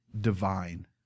Divine